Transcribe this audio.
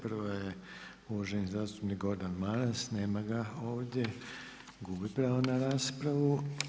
Prva je uvaženi zastupnik Gordan Maras, nema ga ovdje, gubi pravo na raspravu.